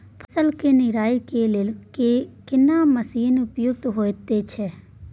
फसल के निराई के लेल केना मसीन उपयुक्त होयत छै?